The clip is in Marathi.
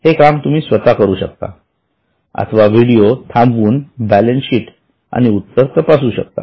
हे काम तुम्ही स्वतः करू शकता अथवा व्हिडीओ थांबवून बॅलन्सशीट आणि उत्तर तपासू शकता